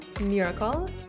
Miracle